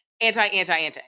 anti-anti-anti